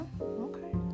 okay